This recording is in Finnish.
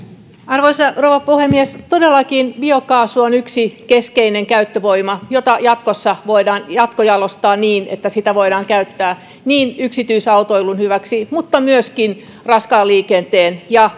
arvoisa rouva puhemies todellakin biokaasu on yksi keskeinen käyttövoima jota jatkossa voidaan jatkojalostaa niin että sitä voidaan käyttää yksityisautoilun mutta myöskin raskaan liikenteen hyväksi ja